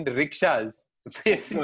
rickshaws